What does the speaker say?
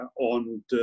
on